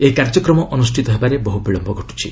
ଏହି କାର୍ଯ୍ୟକ୍ରମ ଅନୁଷ୍ଠିତ ହେବାରେ ବହୁ ବିଳମ୍ଭ ଘଟୁଛି